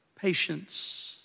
patience